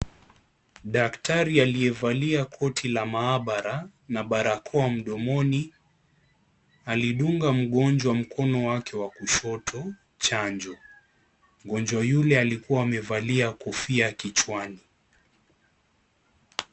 Daktari aliyevalia koti la maabara na barakoa mdomoni alidunga mgonjwa mkono wake wa kushoti chanjo. Mgonjwa yule alikuwa amevalia kofia kichwani.